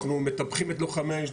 אנחנו מטפחים את לוחמי האש,